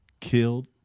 killed